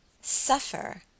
Suffer